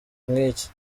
nk’iki